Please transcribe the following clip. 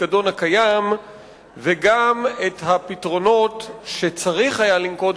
הפיקדון הקיים וגם את הפתרונות שצריך היה לנקוט,